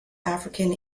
african